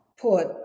put